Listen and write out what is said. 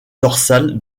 dorsale